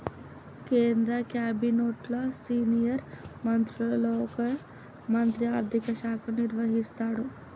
కేంద్ర క్యాబినెట్లో సీనియర్ మంత్రులలో ఒక మంత్రి ఆర్థిక శాఖను నిర్వహిస్తాడు